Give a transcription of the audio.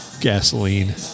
gasoline